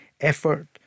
Effort